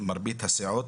מרבית הסיעות,